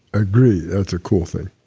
agree. that's a cool thing